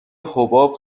حباب